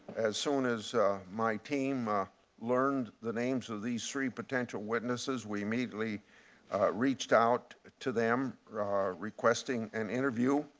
as soon as my team learned the names of these three potential witnesses, we immediately reached out to them requesting an interview.